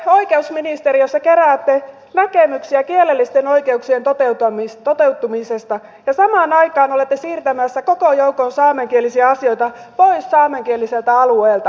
te oikeusministeriössä keräätte näkemyksiä kielellisten oikeuksien toteutumisesta ja samaan aikaan olette siirtämässä koko joukon saamenkielisiä asioita pois saamenkieliseltä alueelta